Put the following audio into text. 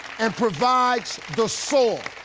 and provides the soar.